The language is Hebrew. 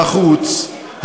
לחוץ,